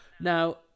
Now